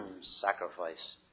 sacrifice